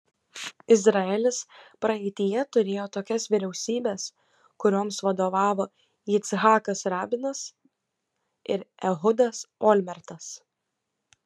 izraelis praeityje turėjo tokias vyriausybes kurioms vadovavo yitzhakas rabinas ir ehudas olmertas